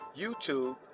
YouTube